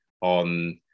on